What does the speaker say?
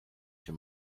się